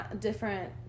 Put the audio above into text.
different